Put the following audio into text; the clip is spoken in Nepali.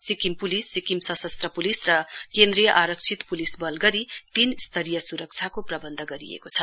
सिक्किम पुलिस सिक्किम सशस्त्र प्लिस र केन्द्रीय आरक्षित प्लिस बल गरी तीन स्तरीय स्रक्षाको प्रबन्ध गरिएको छ